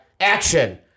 Action